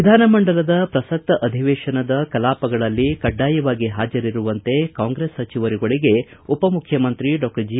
ವಿಧಾನಮಂಡಲದ ಪ್ರಸಕ್ತ ಅಧಿವೇಶನದ ಕಲಾಪಗಳಲ್ಲಿ ಕಡ್ಡಾಯವಾಗಿ ಹಾಜರಿರುವಂತೆ ಕಾಂಗ್ರೆಸ್ ಸಚಿವರುಗಳಿಗೆ ಉಪಮುಖ್ಯಮಂತ್ರಿ ಡಾಕ್ಷರ್ ಜಿ